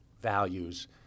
values